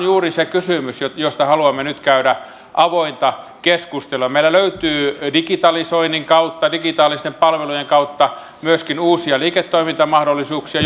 juuri se kysymys josta haluamme nyt käydä avointa keskustelua meillä löytyy digitalisoinnin kautta digitaalisten palvelujen kautta myöskin uusia liikennetoimintamahdollisuuksia